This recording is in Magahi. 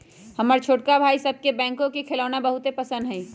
हमर छोटका भाई सभके बैकहो के खेलौना बहुते पसिन्न हइ